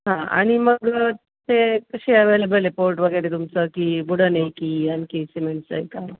हां आणि मग ते कसे ॲवेलेबल आहे कोर्ट वगैरे तुमचं की वुडन आहे की आणखी सिमेंटचं आहे का